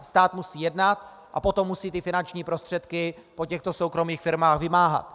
Stát musí jednat a potom musí finanční prostředky po těchto soukromých firmách vymáhat.